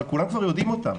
אבל כולם כבר יודעים אותם.